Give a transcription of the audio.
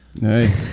Hey